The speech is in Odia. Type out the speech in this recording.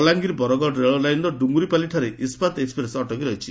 ବଲାଙ୍ଗିର ବରଗଡ଼ ରେଳଲାଇନ୍ର ଡୁଙ୍ଗୁରିପାଲିଠାରେ ଇସ୍ସାତ ଏକ୍ପ୍ରେସ୍ ଅଟକି ରହିଛି